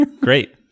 great